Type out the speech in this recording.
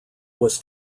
was